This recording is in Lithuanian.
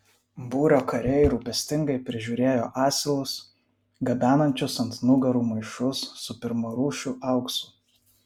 būrio kariai rūpestingai prižiūrėjo asilus gabenančius ant nugarų maišus su pirmarūšiu auksu